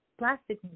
plastic